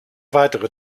weitere